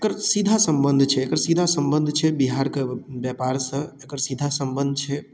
एकर सीधा सम्बन्ध छै एकर सीधा सम्बन्ध छै बिहार कऽ व्यापारसँ एकर सीधा सम्बन्ध छै